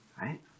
Right